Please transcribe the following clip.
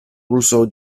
russo